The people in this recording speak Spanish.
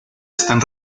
están